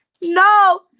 No